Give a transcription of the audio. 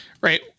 right